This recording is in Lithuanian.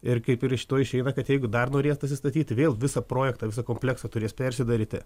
ir kaip ir iš to išeina kad jeigu dar norėtųsi statyti vėl visą projektą visą kompleksą turės persidaryti